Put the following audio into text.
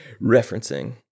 referencing